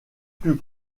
plus